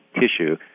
tissue